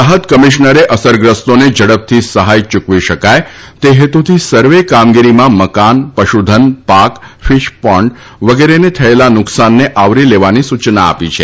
રાહત કમિશનરે અસરગ્રસ્તોને ઝડપથી સહાથ યૂકવી શકાય તે હેતુથી સર્વે કામગીરીમાં મકાન પશુધન પાક ફીશ પેન્ડ વગેરેને થયેલા નુકસાનને આવરી લેવાની સૂચના આપી છે